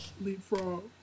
leapfrog